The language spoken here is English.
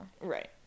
Right